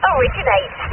Originate